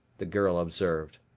the girl observed.